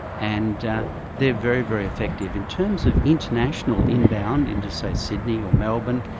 and they're very, very effective. in terms of international inbound in to say, sydney or melbourne,